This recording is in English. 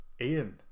Ian